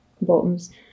bottoms